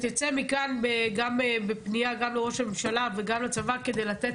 שתצא מכאן גם פנייה לראש הממשלה וגם לצבא כדי לתת